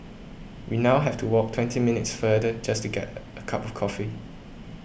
we now have to walk twenty minutes further just to get a a cup of coffee